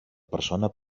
persona